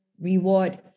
reward